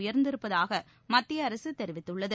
உயர்ந்திருப்பதாக மத்திய அரசு தெரிவித்துள்ளது